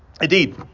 Indeed